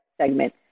segment